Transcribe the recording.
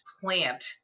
plant